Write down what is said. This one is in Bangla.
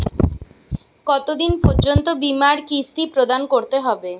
কতো দিন পর্যন্ত বিমার কিস্তি প্রদান করতে হবে?